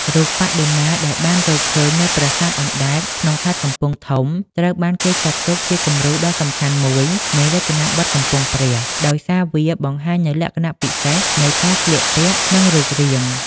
រូបបដិមាដែលបានរកឃើញនៅ ប្រាសាទអណ្តែត ក្នុងខេត្តកំពង់ធំ ត្រូវបានគេចាត់ទុកជាគំរូដ៏សំខាន់មួយនៃរចនាបថកំពង់ព្រះ ដោយសារវាបង្ហាញនូវលក្ខណៈពិសេសនៃការស្លៀកពាក់ និងរូបរាង។